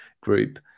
group